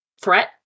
threat